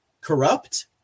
Corrupt